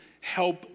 help